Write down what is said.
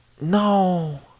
No